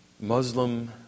Muslim